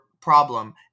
problem